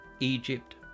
Egypt